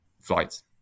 flights